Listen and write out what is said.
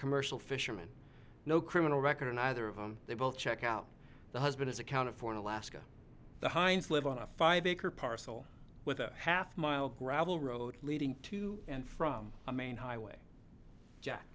commercial fisherman no criminal record in either of them they both check out the husband is accounted for in alaska the hinds live on a five acre parcel with a half mile gravel road leading to and from a main highway